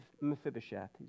Mephibosheth